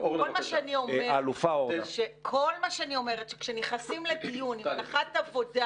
כל מה שאני אומרת שכשנכנסים לדיון עם הנחת עבודה